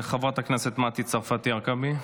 חברת הכנסת מטי צרפתי הרכבי.